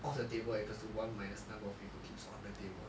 off the table equals to one minus number of paper clips on the table